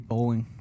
Bowling